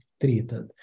treated